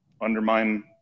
Undermine